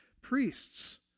priests